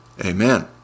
amen